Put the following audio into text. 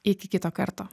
iki kito karto